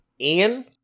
Ian